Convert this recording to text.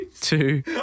two